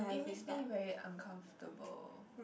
it makes me very uncomfortable